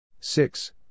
six